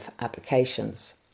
applications